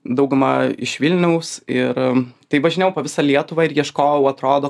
dauguma iš vilniaus ir tai važinėjau po visą lietuvą ir ieškojau atrodo